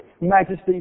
majesty